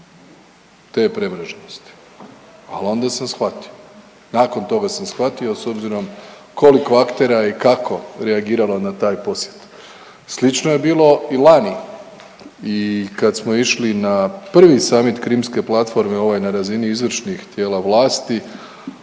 te privrženosti, ali onda sam shvatio, nakon toga sam shvatio s obzirom koliko aktera i kako je reagiralo na taj posjet. Slično je bilo i lani i kad smo išli na prvi summit Krimske platforme ovaj na razini izvršnih tijela vlasti